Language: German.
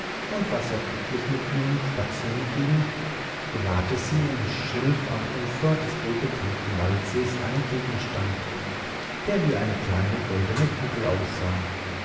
und war sehr glücklich mit ihm spazierenging gewahrte sie im schilf am ufer des wohlbekannten waldsees einen gegenstand der wie eine kleine goldene kugel aussah